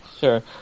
sure